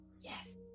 Yes